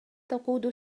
تقود